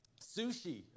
Sushi